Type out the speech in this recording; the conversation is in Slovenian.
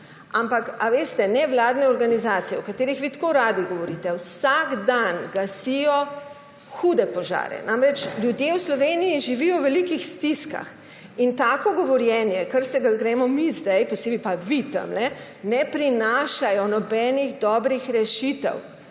ampak ali veste, nevladne organizacije, o katerih vi tako radi govorite, vsak dan gasijo hude požare. Ljudje v Sloveniji živijo v velikih stiskah in tako govorjenje, ki se ga gremo mi sedaj, posebej pa vi tamle, ne prinašajo nobenih dobrih rešitev.